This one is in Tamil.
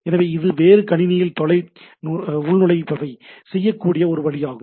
எனவே இது வேறு கணினியில் தொலை உள்நுழைவைச் செய்யக்கூடிய ஒரு வழியாகும்